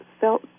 felt